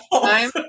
time